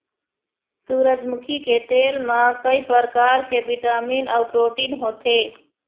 सूरजमुखी के तेल म कइ परकार के बिटामिन अउ प्रोटीन होथे